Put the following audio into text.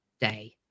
day